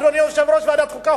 אדוני יושב-ראש ועדת החוקה,